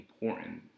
important